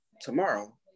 tomorrow